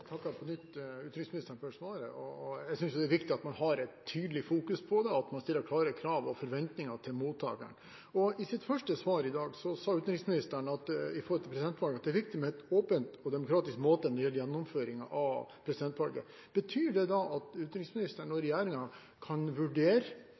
takker på nytt utenriksministeren for svaret. Jeg synes det er viktig at man har et tydelig fokus på det, og at man stiller klare krav og forventninger til mottakeren. I sitt første svar i dag sa utenriksministeren, med tanke på presidentvalget, at det er viktig at gjennomføringen av presidentvalget skjer på en åpen og demokratisk måte. Betyr det da at utenriksministeren og